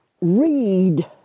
read